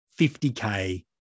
50K